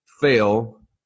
fail